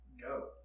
go